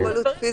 אוטומטי.